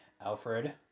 Alfred